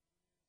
לכולם,